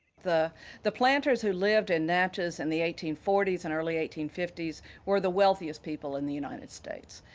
the the planters who lived in natchez in and the eighteen forty s and early eighteen fifty s were the wealthiest people in the united states,